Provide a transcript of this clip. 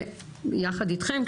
זה יחד אתכם,